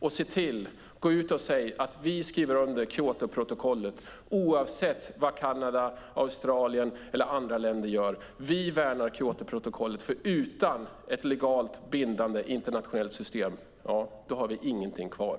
Och gå ut och säg att vi skriver under Kyotoprotokollet oavsett vad Kanada, Australien och andra länder gör. Vi värnar Kyotoprotokollet, för utan ett legalt bindande internationellt system har vi ingenting kvar.